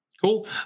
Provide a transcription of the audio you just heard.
Cool